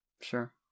Sure